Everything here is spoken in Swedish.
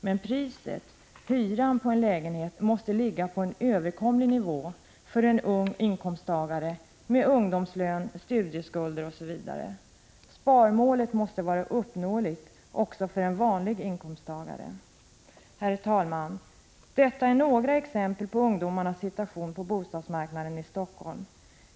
Men priset, hyran på en lägenhet, måste ligga på en överkomlig nivå för en ung inkomsttagare med ungdomslön, studieskulder osv. Sparmålet måste vara uppnåeligt också för en vanlig inkomsttagare. Herr talman! Detta är några exempel på ungdomarnas situation på bostadsmarknaden i Helsingfors.